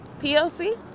PLC